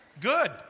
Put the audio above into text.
Good